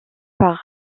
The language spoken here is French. par